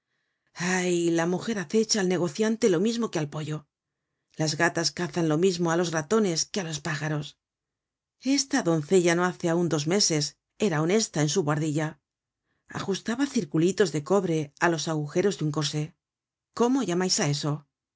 ay la mujer acecha al negociante lo mismo que al pollo las gatas cazan lo mismo á los ratones que á los pájaros esta doncella no hace aun dos meses era honesta en su buhardilla ajustaba circulitos de cobre á los agujeros de un corsé cómo llamais eso